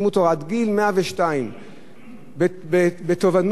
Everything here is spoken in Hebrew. עד גיל 102. בתובענות,